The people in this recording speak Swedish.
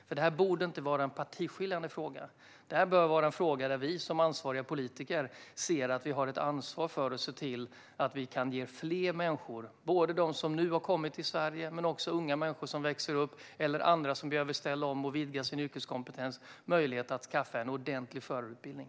Detta borde nämligen inte vara en partiskiljande fråga, utan det bör vara en fråga där vi som politiker ser att vi har ett ansvar att se till att vi kan ge fler människor - inte bara de som nu har kommit till Sverige utan även unga människor som växer upp eller andra som behöver ställa om och vidga sin yrkeskompetens - möjlighet att skaffa en ordentlig förarutbildning.